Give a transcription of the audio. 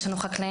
יש לנו חקלאים,